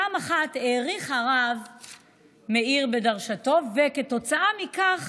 פעם אחת האריך רבי מאיר בדרשתו, וכתוצאה מכך